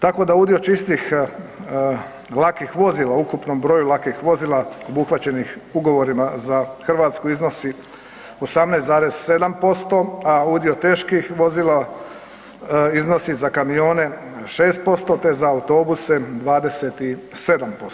Tako da udio čistih lakih vozila u ukupnom broju lakih vozila obuhvaćenih ugovorima za Hrvatsku iznosi 18,7% a udio teških vozila iznosi za kamione 6%, te za autobuse 27%